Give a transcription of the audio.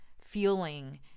feeling